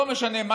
לא משנה מה,